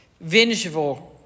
vengeful